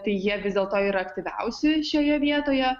tai jie vis dėlto yra aktyviausi šioje vietoje